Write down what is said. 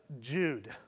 Jude